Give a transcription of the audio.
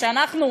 שאנחנו,